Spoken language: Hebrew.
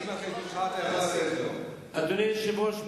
אדוני היושב-ראש,